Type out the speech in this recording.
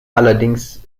allerdings